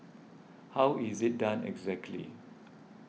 how is it done exactly